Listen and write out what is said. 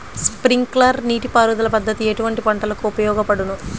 Sprinkler నీటిపారుదల పద్దతి ఎటువంటి పంటలకు ఉపయోగపడును?